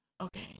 okay